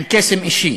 עם קסם אישי.